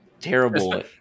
terrible